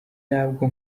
nabwo